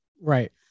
Right